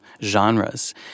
genres